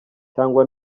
cyangwa